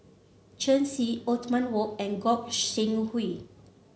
Shen Xi Othman Wok and Gog Sing Hooi